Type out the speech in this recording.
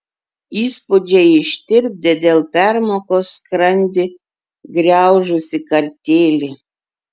įspūdžiai ištirpdė dėl permokos skrandį griaužusį kartėlį